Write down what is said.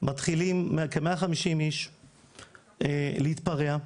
כ-150 איש מתחילים להתפרע,